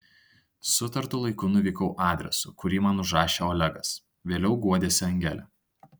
sutartu laiku nuvykau adresu kurį man užrašė olegas vėliau guodėsi angelė